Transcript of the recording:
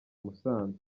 musanze